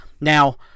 Now